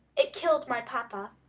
it killed my papa.